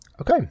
Okay